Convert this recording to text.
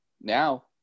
Now